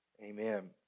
Amen